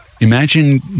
Imagine